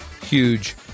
huge